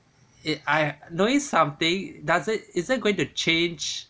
it I knowing something does it isn't going to change